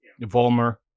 Volmer